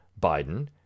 Biden